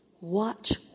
Watch